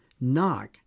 Knock